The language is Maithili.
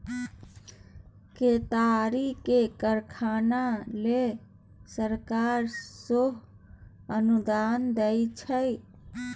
केतारीक कारखाना लेल सरकार सेहो अनुदान दैत छै